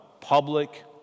public